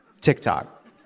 TikTok